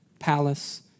palace